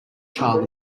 child